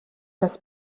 das